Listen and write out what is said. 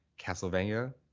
castlevania